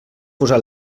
posar